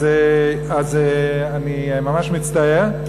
אז אני ממש מצטער,